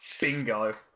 bingo